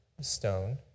stone